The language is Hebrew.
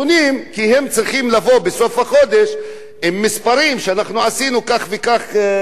כי הם צריכים לבוא בסוף החודש עם מספרים שאנחנו עשינו כך וכך חיסונים.